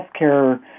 healthcare